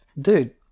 dude